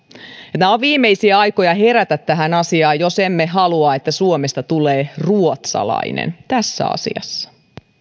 ja tämä on viimeisiä aikoja herätä tähän asiaan jos emme halua että suomesta tulee ruotsalainen tässä asiassa